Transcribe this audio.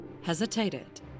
hesitated